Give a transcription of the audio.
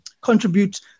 contribute